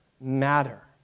matter